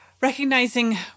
recognizing